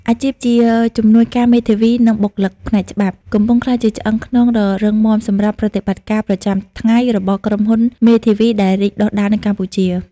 អាជីពជាជំនួយការមេធាវី និងបុគ្គលិកផ្នែកច្បាប់ កំពុងក្លាយជាឆ្អឹងខ្នងដ៏រឹងមាំសម្រាប់ប្រតិបត្តិការប្រចាំថ្ងៃរបស់ក្រុមហ៊ុនមេធាវីដែលរីកដុះដាលនៅកម្ពុជា។